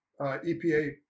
EPA